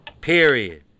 Period